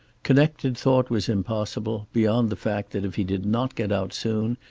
connected thought was impossible, beyond the fact that if he did not get out soon,